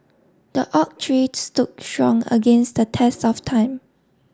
the oak tree stood strong against the test of time